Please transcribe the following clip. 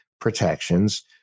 protections